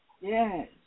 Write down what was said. Yes